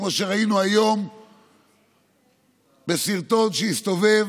כמו שראינו היום בסרטון שהסתובב